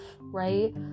right